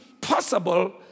possible